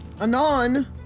Anon